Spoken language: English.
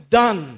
done